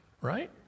right